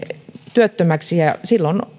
työttömäksi ja ja silloin